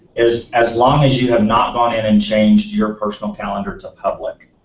as as long as you have not gone in and changed your personal calendar to public.